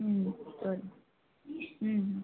ம் சரி ம்